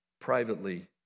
privately